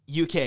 UK